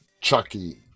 Chucky